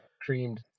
creamed